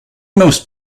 most